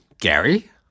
Gary